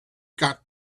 got